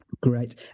Great